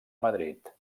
madrid